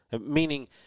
Meaning